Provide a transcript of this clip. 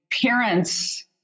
parents